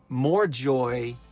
more joy,